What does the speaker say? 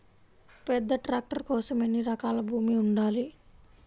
పెద్ద ట్రాక్టర్ కోసం ఎన్ని ఎకరాల భూమి ఉండాలి?